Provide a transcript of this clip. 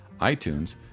iTunes